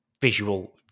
visual